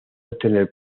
obtener